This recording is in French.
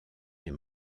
est